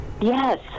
Yes